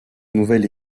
nouvelle